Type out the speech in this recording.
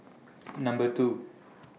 Number two